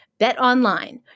BetOnline